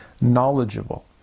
knowledgeable